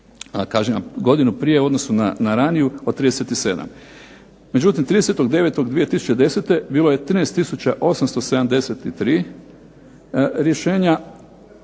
kažem vam u godinu prije u odnosu na raniju kažem 37. Međutim, 30. 9. 2010. bilo je 13 tisuća 873 rješenja,